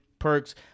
Perks